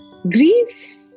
Grief